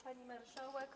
Pani Marszałek!